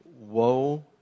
woe